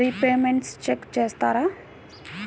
Repayments check చేస్తారా?